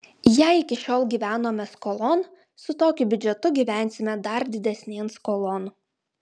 jei iki šiol gyvenome skolon su tokiu biudžetu gyvensime dar didesnėn skolon